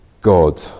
God